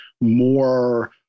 more